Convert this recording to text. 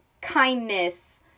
kindness